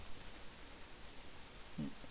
ya